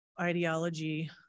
ideology